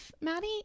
Maddie